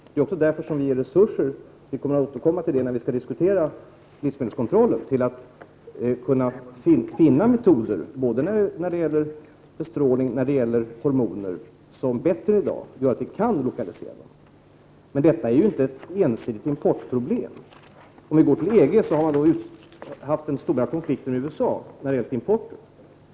Det är också därför som vi ger resurser — jag återkommer till detta när vi skall diskutera livsmedelskontrollen — för att vi skall kunna finna metoder som gör att vi bättre än i dag kan lokalisera bestrålning och hormoner i livsmedelsprodukterna. Men detta är inte ett ensidigt importproblem. EG har haft en stor konflikt med USA om importen.